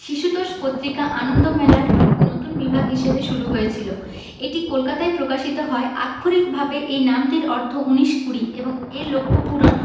শিশুতোষ পত্রিকা আনন্দমেলার একটি নতুন বিভাগ হিসেবে শুরু হয়েছিলো এটি কলকাতায় প্রকাশিত হয় আক্ষরিকভাবে এই নামটির অর্থ উনিশ কুড়ি এবং এর লক্ষ্যপূরণ